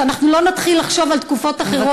על מנת שאנחנו לא נתחיל לחשוב על תקופות אחרות,